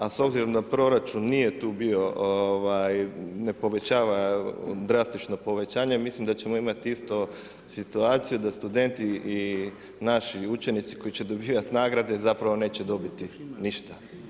A s obzirom da proračun nije tu bio, ne povećava, drastična povećanja ja mislim da ćemo imati isto situaciju da studenti i naši učenici koji će dobivati nagrade zapravo neće dobiti ništa.